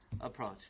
approach